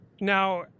Now